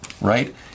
right